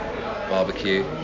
Barbecue